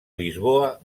lisboa